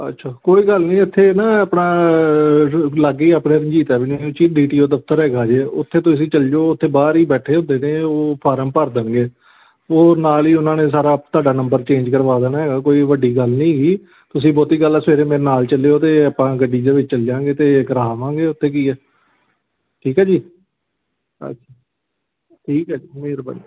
ਅੱਛਾ ਕੋਈ ਗੱਲ ਨਹੀਂ ਇੱਥੇ ਨਾ ਆਪਣਾ ਲਾਗੇ ਆਪਣੇ ਰਣਜੀਤ ਐਵੇਨਿਊ ਵਿੱਚ ਹੀ ਡੀ ਟੀ ਓ ਦਫ਼ਤਰ ਹੈਗਾ ਜੇ ਉੱਥੇ ਤੁਸੀਂ ਚਲੇ ਜਾਓ ਉੱਥੇ ਬਾਹਰ ਹੀ ਬੈਠੇ ਹੁੰਦੇ ਨੇ ਉਹ ਫਾਰਮ ਭਰ ਦੇਣਗੇ ਉਹ ਨਾਲ ਹੀ ਉਹਨਾਂ ਨੇ ਸਾਰਾ ਤੁਹਾਡਾ ਨੰਬਰ ਚੇਂਜ ਕਰਵਾ ਦੇਣਾ ਹੈਗਾ ਕੋਈ ਵੱਡੀ ਗੱਲ ਨਹੀਂ ਹੈਗੀ ਤੁਸੀਂ ਬਹੁਤੀ ਗੱਲ ਆ ਸਵੇਰੇ ਮੇਰੇ ਨਾਲ ਚੱਲਿਓ ਅਤੇ ਆਪਾਂ ਗੱਡੀ ਦੇ ਵਿੱਚ ਚਲ ਜਾਂਗੇ ਅਤੇ ਕਰਾ ਆਵਾਂਗੇ ਉੱਥੇ ਕੀ ਹੈ ਠੀਕ ਹੈ ਜੀ ਹਾਜੀ ਠੀਕ ਹੈ ਜੀ ਮਿਹਰਬਾਨੀ